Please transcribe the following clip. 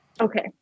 Okay